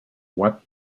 what